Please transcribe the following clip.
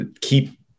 keep